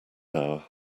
hour